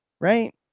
right